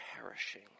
perishing